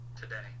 today